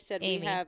Amy